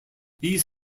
these